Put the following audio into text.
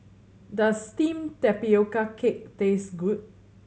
does steamed tapioca cake taste good